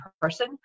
person